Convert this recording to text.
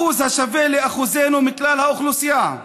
אחוז השווה לאחוזנו בכלל האוכלוסייה,